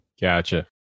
gotcha